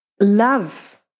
love